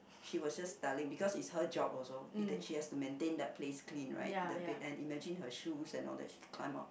she was just telling because it's her job also she has to maintain that place clean right the bed and imagine her shoes and all that she climbed up